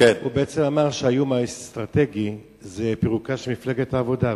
הוא בעצם אמר שהאיום האסטרטגי זה פירוקה של מפלגת העבודה,